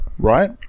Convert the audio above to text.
right